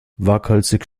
waghalsig